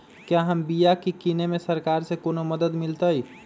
क्या हम बिया की किने में सरकार से कोनो मदद मिलतई?